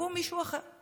ויקום מישהו אחר,